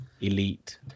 elite